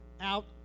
out